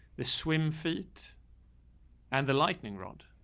the swim feet and the lightning rod.